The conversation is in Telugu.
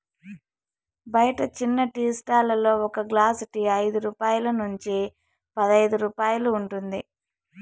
బయట చిన్న టీ స్టాల్ లలో ఒక గ్లాస్ టీ ఐదు రూపాయల నుంచి పదైదు రూపాయలు ఉంటుంది